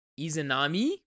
Izanami